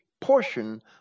portion